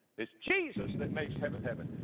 it's jesus that makes heaven, heaven.